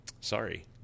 sorry